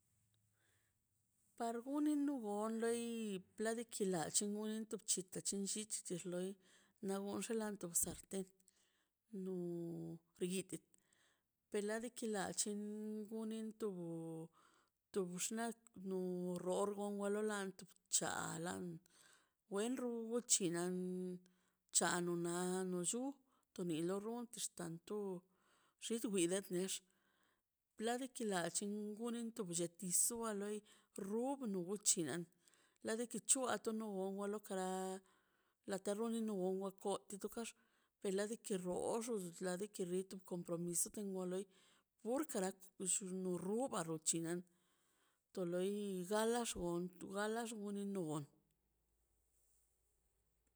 Par gunen nugulə loi panikwilai chu gun tup chita chinllita da loi na gon to basanto xten briiti ti lake ta lach gun tunin gutu tu buxna no norgongon no wa lo lanto chalan wen rund chinan chano na no llu to nu lo runtll tantu xid wina next ladika lachin gunin ti blletisu uwa loi rubnu chinan la de tu chuanu oo wanu tera la te runu wa lo unwakote kax peladiki rood rux ladike rit to compromiso tengwa loi urkara xus wa nubaro chinan to loi galax gon galax gon ni no gon